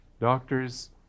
Doctors